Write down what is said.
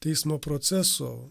teismo proceso